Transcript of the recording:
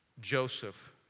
Joseph